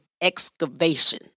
excavation